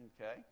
okay